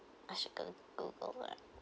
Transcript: I should go Google it